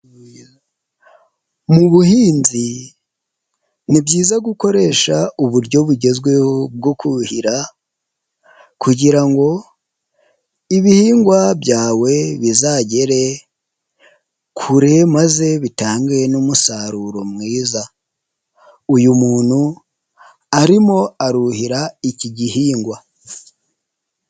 Mu buhinzi ni byiza gukoresha uburyo bugezweho bwo kuhira kugira ngo ibihingwa byawe bizagere kure maze bitange n'umusaruro mwiza, uyu muntu arimo aruhira iki gihingwa.